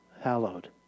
hallowed